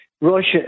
Russia